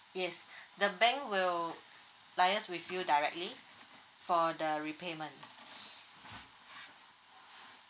yes the bank will liaise with you directly for the repayment